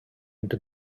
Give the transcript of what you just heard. into